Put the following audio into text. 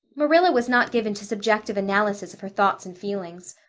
marilla was not given to subjective analysis of her thoughts and feelings.